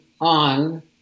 on